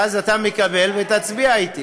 ואז אתה מקבל, ותצביע אתי.